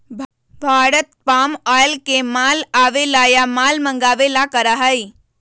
Bharat palm oil के माल आवे ला या माल मंगावे ला करा हई